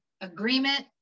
agreement